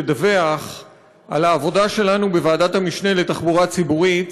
לדווח על העבודה שלנו בוועדת המשנה לתחבורה ציבורית